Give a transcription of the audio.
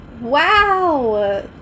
Wow